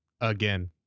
again